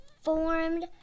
formed